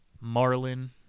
Marlin